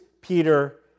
Peter